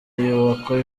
yubakwa